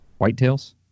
Whitetails